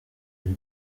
ari